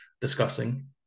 discussing